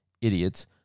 idiots